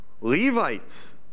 Levites